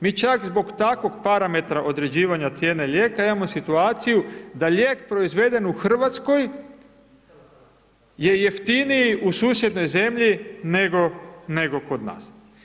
Mi čak zbog takvog parametra određivanja cijene lijeka, imamo situaciju da lijek proizveden u Hrvatskoj je jeftiniji u susjednoj zemlji nego kod nas.